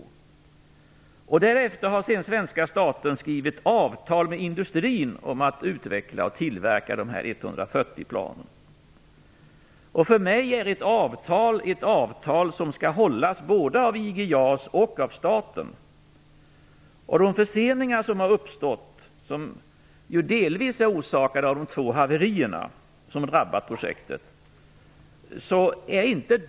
Därefter har svenska staten skrivit avtal med industrin om att utveckla och tillverka dessa 140 För mig är ett avtal ett avtal. Det skall hållas både av IG JAS och av staten. Det har uppstått förseningar som delvis är orsakade av de två haverier som drabbat projektet.